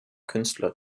künstler